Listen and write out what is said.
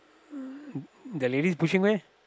the lady is pushing where